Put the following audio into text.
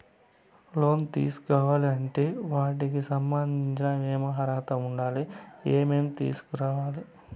లోను తీసుకోవాలి అంటే వాటికి సంబంధించి ఏమి అర్హత ఉండాలి, ఏమేమి తీసుకురావాలి